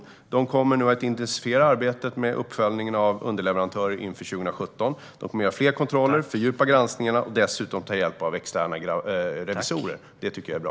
Postnord kommer nu att intensifiera arbetet med uppföljningen av underleverantörer inför 2017. De kommer att göra fler kontroller, fördjupa granskningarna och dessutom ta hjälp av externa revisorer. Det är bra.